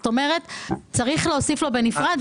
זאת אומרת, צריך להוסיף לו בנפרד.